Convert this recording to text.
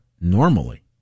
Normally